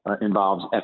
involves